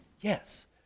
Yes